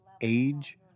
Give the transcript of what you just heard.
age